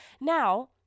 Now